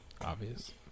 obvious